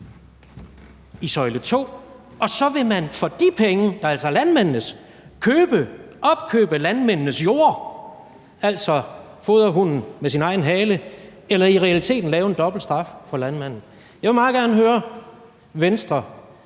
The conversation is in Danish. i søjle 2, og så vil man for de penge, der altså er landmændenes, opkøbe landmændenes jorde, altså fodre hunden med sin egen hale eller i realiteten give landmanden en dobbeltstraf. Jeg vil meget gerne høre Venstre